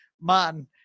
man